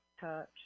touch